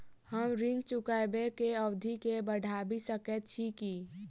हम ऋण चुकाबै केँ अवधि केँ बढ़ाबी सकैत छी की?